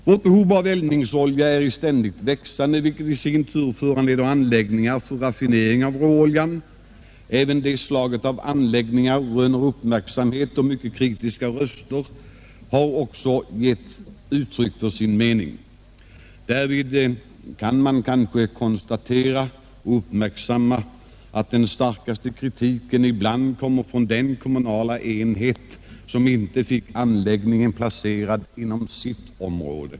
Vårt behov av eldningsolja är i ständigt växande, vilket i sin tur föranleder anläggningar för raffinering av råoljan. Även det slaget av anläggningar röner uppmärksamhet, och mycket kritiska röster har också givit uttryck för sin mening. Därvid kan man kanske konstatera och uppmärksamma att den starkaste kritiken ibland kommer från den kommunala enhet som inte fick anläggningen placerad inom sitt område.